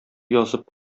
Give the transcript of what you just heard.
язып